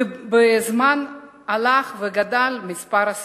ובו בזמן הלך וגדל מספר הסירובניקים.